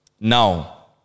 Now